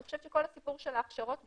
אני חושבת שכל הסיפור של ההכשרות בכלל,